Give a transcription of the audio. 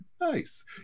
Nice